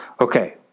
Okay